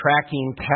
tracking